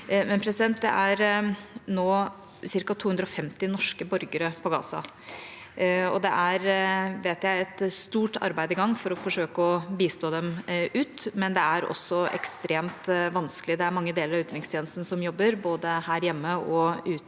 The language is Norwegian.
Det er nå ca. 250 norske borgere på Gaza. Jeg vet at det er et stort arbeid i gang for å forsøke å bistå dem med å komme ut, men det er også ekstremt vanskelig. Det er mange deler av utenrikstjenesten som jobber både her hjemme og ute